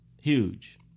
Huge